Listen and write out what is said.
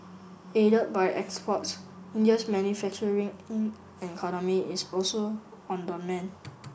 aided by exports India's manufacturing in economy is also on the mend